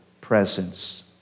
presence